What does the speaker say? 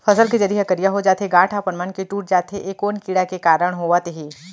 फसल के जरी ह करिया हो जाथे, गांठ ह अपनमन के टूट जाथे ए कोन कीड़ा के कारण होवत हे?